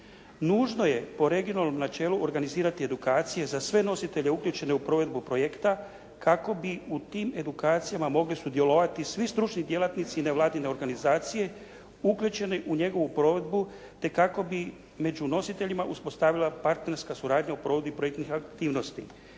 Nužno je po regionalnom načelu organizirati edukacije za sve nositelje uključene u provedbu projekta kako bi u tim edukacijama mogli sudjelovati svi stručni djelatnici nevladine organizacije uključeni u njegovu provedbu, te kako bi među nositeljima uspostavila partnerska suradnja u provedbi projektnih aktivnosti.